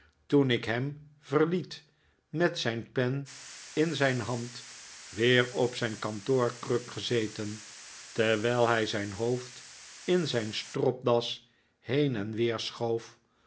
toen ik hem verliet met zijn pen in zijn hand weer op zijn kantoorkruk gezeten terwijl hij zijn hoofd in zijn stropdas heen en weer schoof